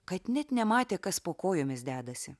kad net nematė kas po kojomis dedasi